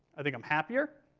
i think i'm happier,